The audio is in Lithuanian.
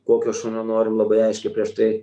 kokio šunio norim labai aiškiai prieš tai